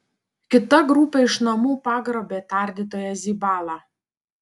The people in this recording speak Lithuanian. kita grupė iš namų pagrobė tardytoją zibalą